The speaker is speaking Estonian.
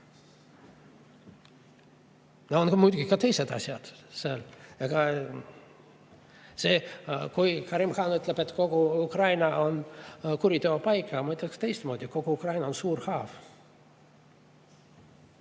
muidugi ka teised asjad. Karim Khan ütleb, et kogu Ukraina on kuriteopaik, aga ma ütleks teistmoodi: kogu Ukraina on suur haav.